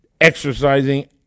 exercising